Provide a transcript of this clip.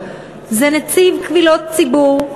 זה נציב קבילות ציבור.